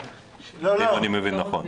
אם אני מבין נכון.